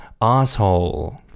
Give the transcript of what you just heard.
asshole